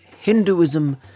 Hinduism